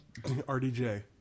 RDJ